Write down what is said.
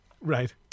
Right